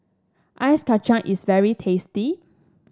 Ice Kachang is very tasty